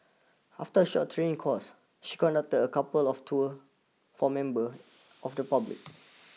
after a short training course she conducted a couple of tours for members of the public